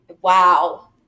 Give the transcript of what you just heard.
wow